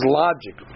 logic